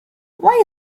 why